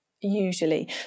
usually